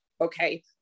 okay